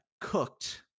cooked